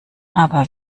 aber